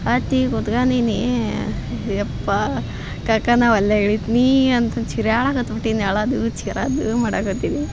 ಅತ್ತಿ ಕೂತ್ಕಂಡೀನಿ ಯಪ್ಪಾ ಕಾಕ ನಾ ವಲ್ಲೆ ಇಳಿತ್ನೀ ಅಂತ ಚೀರಾಡಕತ್ಬಿಟ್ಟೀನಿ ಅಳಾದು ಚೀರಾದು ಮಾಡಕತ್ತೀನಿ